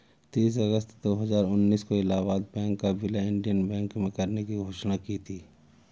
तीस अगस्त दो हजार उन्नीस को इलाहबाद बैंक का विलय इंडियन बैंक में करने की घोषणा की थी